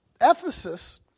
Ephesus